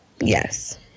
Yes